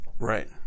Right